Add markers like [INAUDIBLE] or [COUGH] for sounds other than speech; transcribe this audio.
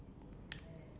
[BREATH]